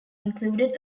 included